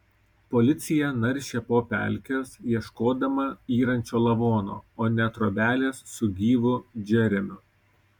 policija naršė po pelkes ieškodama yrančio lavono o ne trobelės su gyvu džeremiu